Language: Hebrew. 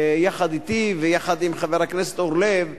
יחד אתי ויחד עם חבר הכנסת אורלב,